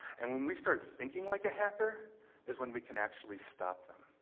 and when we start thinking like a hacker is when we can actually stop them.